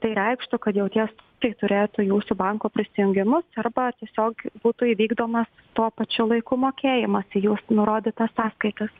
tai reikštų kad jau tie tai turėtų jūsų banko prisijungimus arba tiesiog būtų įvykdomas tuo pačiu laiku mokėjimas į jūsų nurodytas sąskaitas